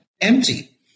empty